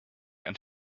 and